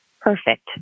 perfect